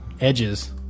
edges